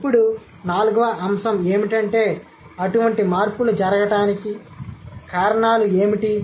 ఇప్పుడు నాల్గవ అంశం ఏమిటంటే అటువంటి మార్పులు జరగడానికి కారణాలు ఏమిటి